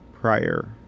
prior